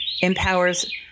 empowers